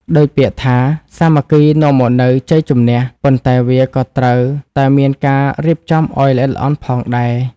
ដូចពាក្យថា សាមគ្គីនាំមកនៅជ័យជំនះ ប៉ុន្តែវាក៏ត្រូវតែមានការរៀបចំឲ្យល្អិតល្អន់ផងដែរ។